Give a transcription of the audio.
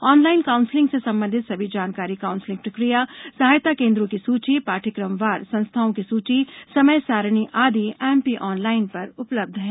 online counselling से संबंधित सभी जानकारी काउसंलिंग प्रक्रिया सहायता केन्द्रों की सूची पाठ्यक्रमवार संस्थाओं की सूची समय सारणी आदि एमपी ऑनलाइन पर उपलब्ध है